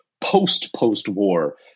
post-post-war